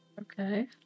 Okay